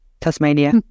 Tasmania